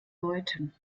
läuten